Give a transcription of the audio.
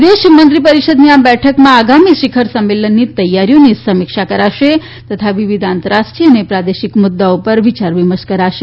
વિદેશમંત્રી પરિષદની આ બેઠકમાં આગામી શિખર સંમેલનની તૈયારીઓની સમીક્ષા કરાશે તથા વિવિધ આંતરરાષ્ટ્રીય અને પ્રાદેશિક મુદ્દાઓ પર વિયાર વિમર્શ કરાશે